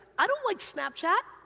i don't like snapchat,